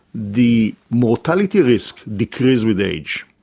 the mortality risk decreases with age.